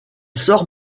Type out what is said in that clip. sort